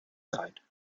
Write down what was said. side